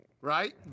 right